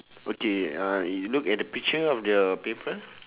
okay uh you look at the picture of the paper